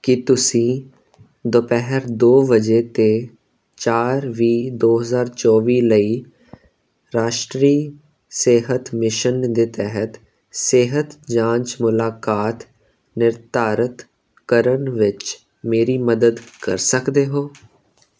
ਕੀ ਤੁਸੀਂ ਦੁਪਹਿਰ ਦੋ ਵਜੇ 'ਤੇ ਚਾਰ ਵੀਹ ਦੋ ਹਜ਼ਾਰ ਚੌਵੀ ਲਈ ਰਾਸ਼ਟਰੀ ਸਿਹਤ ਮਿਸ਼ਨ ਦੇ ਤਹਿਤ ਸਿਹਤ ਜਾਂਚ ਮੁਲਾਕਾਤ ਨਿਰਧਾਰਤ ਕਰਨ ਵਿੱਚ ਮੇਰੀ ਮਦਦ ਕਰ ਸਕਦੇ ਹੋ